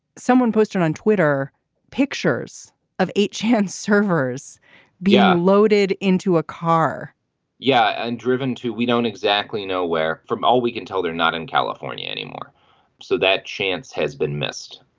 someone posted on twitter pictures of h hand servers beyond loaded into a car yeah and driven to we don't exactly know where. from all we can tell they're not in california anymore so that chance has been missed.